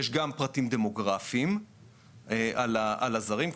יש גם פרטים דמוגרפיים על הזרים,